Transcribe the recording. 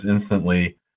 instantly